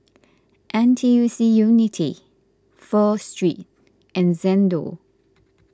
N T U C Unity Pho Street and Xndo